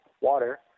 water